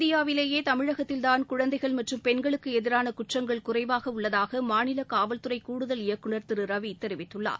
இந்தியாவிலேயே தமிழகத்தின்தான் குழந்தைகள் மற்றும் பெண்களுக்கு எதிரான குற்றங்கள் குறைவாக உள்ளதாக மாநில காவல்துறை கூடுதல் இயக்குநர் திரு ரவி தெரிவித்துள்ளார்